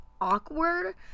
awkward